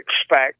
expect